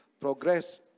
progress